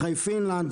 אחרי פינלנד,